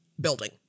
building